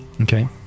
okay